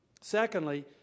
Secondly